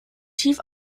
tief